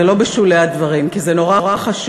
זה לא בשולי הדברים כי זה נורא חשוב,